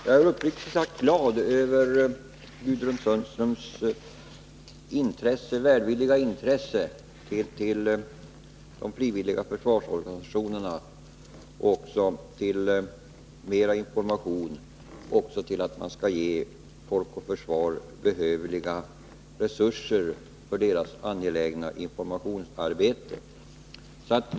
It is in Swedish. Fru talman! Jag är uppriktigt glad över Gudrun Sundströms välvilliga intresse för de frivilliga försvarsorganisationerna och för att hon vill att man skall ge Folk och Försvar behövliga resurser för dess angelägna informationsarbete.